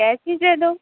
cash ही दे दो